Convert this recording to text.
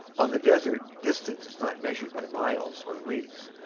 on the desert, distance is not measured by miles or leagues,